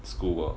school work